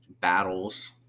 battles